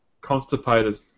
constipated